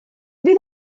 fydd